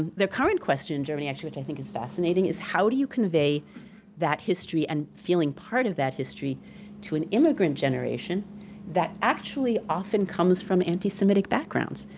the current question in germany actually which i think is fascinating is how do you convey that history and feeling part of that history to an immigrant generation that actually often comes from anti-semitic backgrounds?